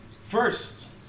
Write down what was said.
First